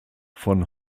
von